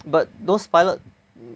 but those pilot